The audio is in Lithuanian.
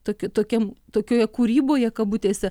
tokiu tokiam tokioje kūryboje kabutėse